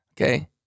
Okay